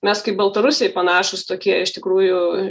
mes kaip baltarusiai panašūs tokie iš tikrųjų